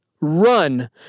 run